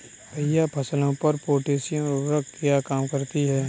भैया फसलों पर पोटैशियम उर्वरक क्या काम करती है?